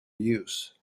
use